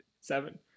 Seven